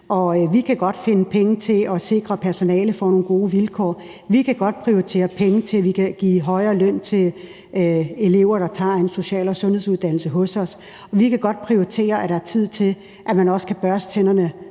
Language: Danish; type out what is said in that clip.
vi kan godt finde penge til at sikre, at personalet får nogle gode vilkår, vi kan godt prioritere penge til, at vi kan give en højere løn til elever, der tager en social- og sundhedsuddannelse hos os, og vi kan godt prioritere, at der er tid til, at man også kan børste tænderne